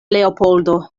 leopoldo